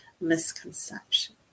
misconception